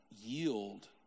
yield